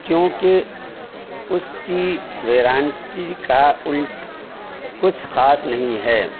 کیونکہ اس کی ویرانٹی کا الٹا کچھ خاص نہیں ہے